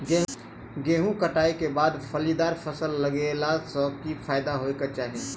गेंहूँ कटाई केँ बाद फलीदार फसल लगेला सँ की फायदा हएत अछि?